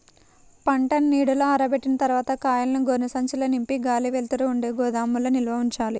పంటని నీడలో ఆరబెట్టిన తర్వాత కాయలను గోనె సంచుల్లో నింపి గాలి, వెలుతురు ఉండే గోదాముల్లో నిల్వ ఉంచాలి